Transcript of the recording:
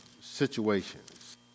situations